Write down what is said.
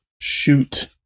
shoot